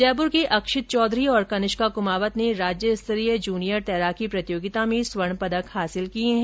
जयपुर के अक्षित चौधरी और कनिष्का कुमावत ने राज्य स्तरीय जूनियर तैराकी प्रतियोगिता में स्वर्ण पदक हासिल किए है